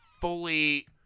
fully